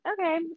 Okay